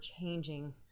changing